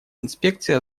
инспекции